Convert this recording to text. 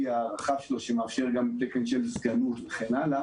הרחב שלו שמאפשר גם תקן של סגנות וכן הלאה.